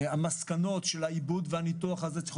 המסקנות של העיבוד והניתוח הזה צריכות